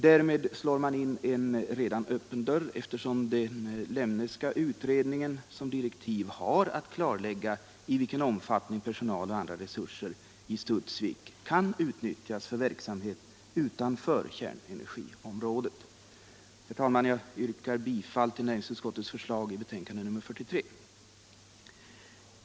Därmed slår man in en redan öppen dörr, eftersom den Lemneska utredningen som direktiv har att klarlägga i vilken omfattning personal och andra resurser i Studsvik kan utnyttjas för verksamhet utanför kärnenergiområdet. Herr talman! Jag yrkar bifall till näringsutskottets förslag i betänkande nr 43.